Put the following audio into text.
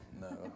no